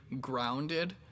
grounded